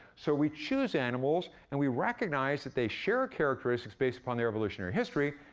so we choose animals and we recognize that they share characteristics based upon their evolutionary history,